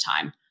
time